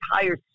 entire